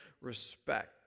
respect